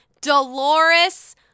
Dolores